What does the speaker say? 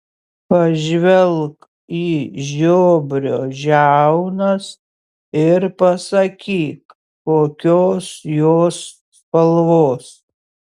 pažvelk į žiobrio žiaunas ir pasakyk kokios jos spalvos